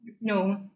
no